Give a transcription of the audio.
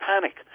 panic